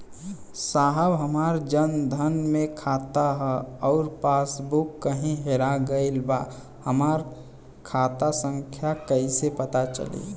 साहब हमार जन धन मे खाता ह अउर पास बुक कहीं हेरा गईल बा हमार खाता संख्या कईसे पता चली?